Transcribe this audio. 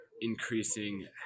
increasing